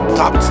top